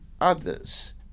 others